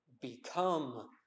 become